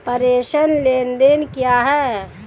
प्रेषण लेनदेन क्या है?